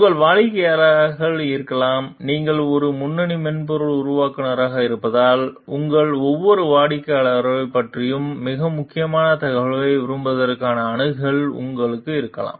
உங்கள் வாடிக்கையாளர்கள் இருக்கலாம் நீங்கள் ஒரு முன்னணி மென்பொருள் உருவாக்குநராக இருப்பதால் உங்கள் ஒவ்வொரு வாடிக்கையாளர்களையும் பற்றிய மிக முக்கியமான தகவல்களை விரும்புவதற்கான அணுகல் உங்களுக்கு இருக்கலாம்